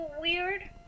weird